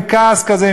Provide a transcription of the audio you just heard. עם כעס כזה,